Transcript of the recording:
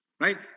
right